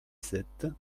sept